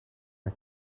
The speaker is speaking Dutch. een